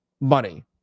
money